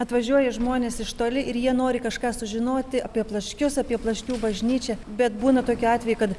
atvažiuoja žmonės iš toli ir jie nori kažką sužinoti apie plaškius apie plaškių bažnyčią bet būna tokių atvejų kad